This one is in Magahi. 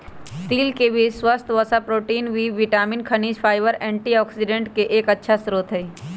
तिल के बीज स्वस्थ वसा, प्रोटीन, बी विटामिन, खनिज, फाइबर, एंटीऑक्सिडेंट के एक अच्छा स्रोत हई